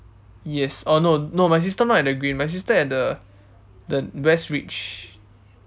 yes oh no no my sister not at the green my sister at the the west ridge